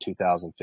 2015